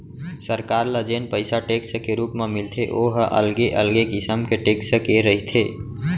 सरकार ल जेन पइसा टेक्स के रुप म मिलथे ओ ह अलगे अलगे किसम के टेक्स के रहिथे